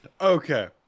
Okay